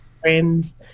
friends